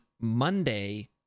Monday